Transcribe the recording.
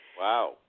Wow